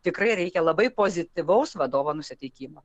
tikrai reikia labai pozityvaus vadovo nusiteikimo